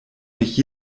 mich